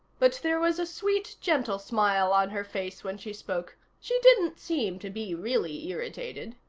but there was a sweet, gentle smile on her face when she spoke she didn't seem to be really irritated.